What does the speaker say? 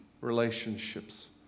relationships